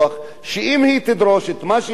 שאם היא תדרוש את מה שהיא צריכה,